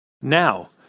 Now